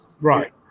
Right